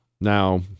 Now